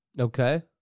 Okay